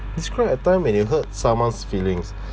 describe a time when you hurt someone's feelings